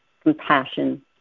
compassion